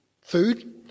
food